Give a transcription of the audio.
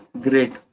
Great